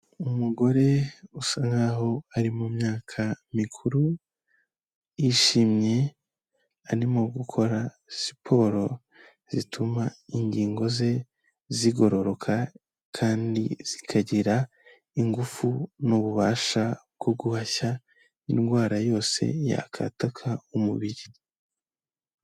Umugore usa nk'aho ari mu myaka mikuru, yishimye arimo gukora siporo zituma ingingo ze zigororoka kandi zikagira ingufu n'ububasha bwo guhashya indwara yose yakatakaka umubiri.